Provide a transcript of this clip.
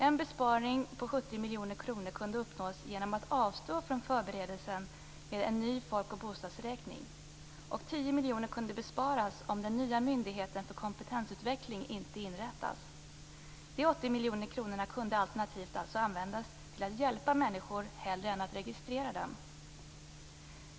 En besparing på 70 miljoner kronor skulle kunna uppnås genom att avstå från förberedelsen för en ny folk och bostadsräkning. 10 miljoner skulle kunna sparas om den nya myndigheten för kompetensutveckling inte inrättas. Dessa 80 miljoner kronor skulle alternativt kunna användas till att hjälpa människor hellre än att registrera dem.